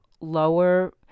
lower